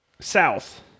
south